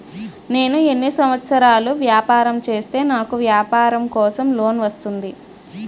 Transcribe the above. నేను ఎన్ని సంవత్సరాలు వ్యాపారం చేస్తే నాకు వ్యాపారం కోసం లోన్ వస్తుంది?